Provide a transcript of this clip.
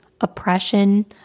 oppression